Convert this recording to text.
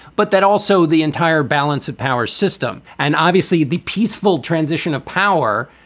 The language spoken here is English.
but that also the entire balance of power system. and obviously, the peaceful transition of power,